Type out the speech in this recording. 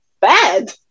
bad